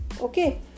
Okay